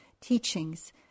teachings